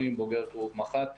המילואים בכלל לא חשובים.